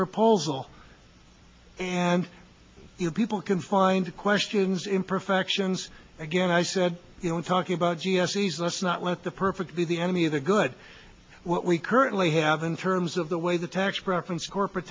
proposal and you people can find questions imperfections again i said you know i'm talking about g s t let's not let the perfect be the enemy of the good what we currently have in terms of the way the tax preference corporate